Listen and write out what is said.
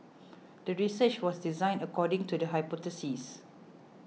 the research was designed according to the hypothesis